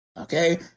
Okay